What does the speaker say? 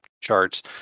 charts